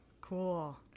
Cool